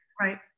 Right